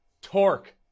torque